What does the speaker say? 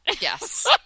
Yes